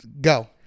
go